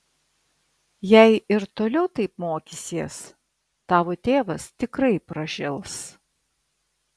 jei ir toliau taip mokysies tavo tėvas tikrai pražils